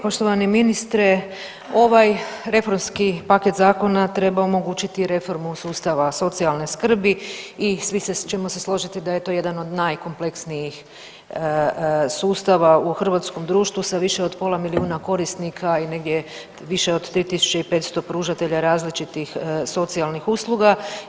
Poštovani ministre ovaj reformski paket zakona treba omogućiti i reformu sustava socijalne skrbi i svi ćemo se složiti da je to jedan od najkompleksnijih sustava u hrvatskom društvu sa više od pola milijuna korisnika i negdje više od 3.500 pružatelja različitih socijalnih usluga.